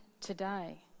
today